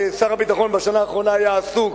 שר הביטחון בשנה האחרונה היה עסוק,